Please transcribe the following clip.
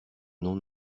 non